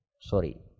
sorry